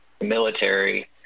military